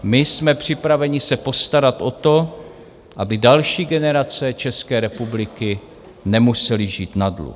My jsme připraveni se postarat o to, aby další generace České republiky nemusely žít na dluh.